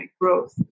growth